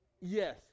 yes